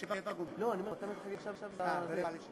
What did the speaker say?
שהעולם יתעשר על-ידי עושרכם,